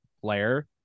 player